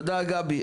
תודה גבי.